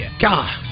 God